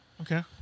Okay